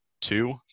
two